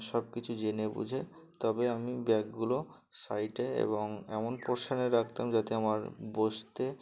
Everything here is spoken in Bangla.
সবকিছু জেনে বুঝে তবে আমি ব্যাগগুলো সাইডে এবং এমন পোর্শনে রাখতাম যাতে আমার বসতে